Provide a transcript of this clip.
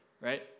right